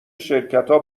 شرکتا